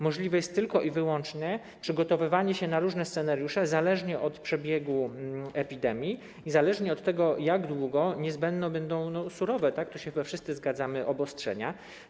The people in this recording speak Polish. Możliwe jest tylko i wyłącznie przygotowywanie się na różne scenariusze zależnie od przebiegu epidemii i zależnie od tego, jak długo niezbędne będą surowe, tu chyba wszyscy się zgadzamy, obostrzenia.